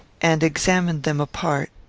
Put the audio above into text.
and examined them apart.